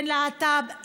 בין להט"ב,